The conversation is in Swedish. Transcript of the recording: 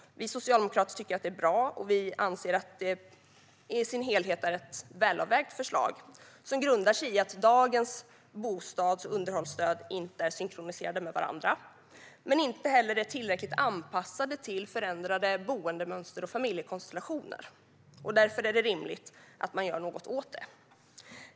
Vi socialdemokrater tycker att det är bra. Vi anser att det i sin helhet är ett välavvägt förslag, som grundar sig i att dagens bostads och underhållsstöd inte är synkroniserade med varandra. De är inte heller tillräckligt anpassade till förändrade boendemönster och familjekonstellationer. Det är därför rimligt att man gör något åt detta.